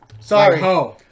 Sorry